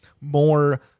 more